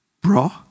Bro